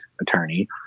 attorney